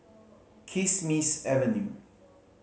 Kismis Avenue